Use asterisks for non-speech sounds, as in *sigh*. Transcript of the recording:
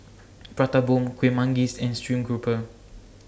*noise* Prata Bomb Kuih Manggis and Stream Grouper